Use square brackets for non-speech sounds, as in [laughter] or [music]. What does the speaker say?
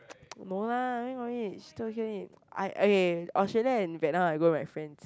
[noise] no lah where got rich two only I okay Australia and Vietnam I go with my friends